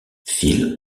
phil